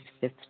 fifth